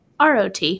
ROT